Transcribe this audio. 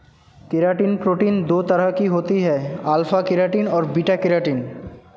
keratin protein दो तरह की होती है अल्फ़ा केरेटिन और बीटा केरेटिन